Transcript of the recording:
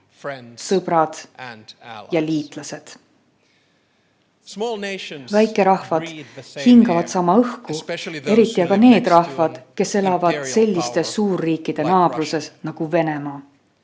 sõbrad ja liitlased. Väikerahvad hingavad sama õhku, eriti aga need rahvad, kes elavad selliste suurriikide naabruses nagu Venemaa.